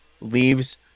leaves